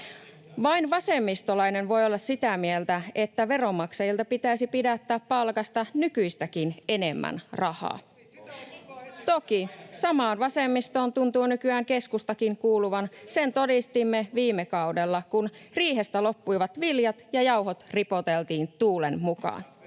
Vain vasemmistolainen voi olla sitä mieltä, että veronmaksajilta pitäisi pidättää palkasta nykyistäkin enemmän rahaa. [Jussi Saramo: Ei sitä ole kukaan esittänyt!] Toki, samaan vasemmistoon tuntuu nykyään keskustakin kuuluvan. Sen todistimme viime kaudella, kun riihestä loppuivat viljat ja jauhot ripoteltiin tuulen mukaan.